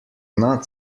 not